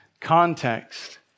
context